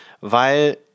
weil